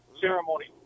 ceremony